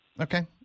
Okay